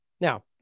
Now